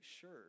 sure